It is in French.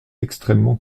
extrêmement